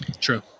True